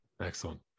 Excellent